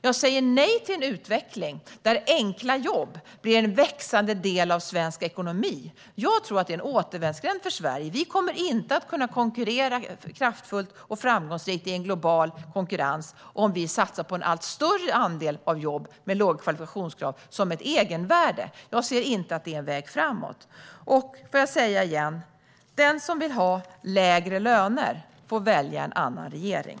Jag säger dock nej till en utveckling där enkla jobb blir en växande del av svensk ekonomi. Jag tror att det är en återvändsgränd för Sverige. Vi kommer inte att kunna konkurrera kraftfullt och framgångsrikt i en global konkurrens om vi satsar på en allt större andel jobb med låga kvalifikationskrav som ett egenvärde. Jag ser inte att det är en väg framåt. Låt mig säga igen: Den som vill ha lägre löner får välja en annan regering.